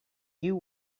you